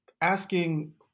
asking